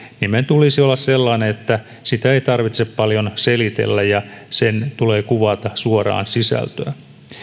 nimen tulisi olla sellainen että sitä ei tarvitse paljon selitellä ja sen tulee kuvata suoraan sisältöä